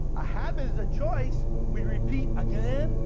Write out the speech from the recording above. a habit is a choice we repeat again,